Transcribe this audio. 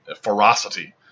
ferocity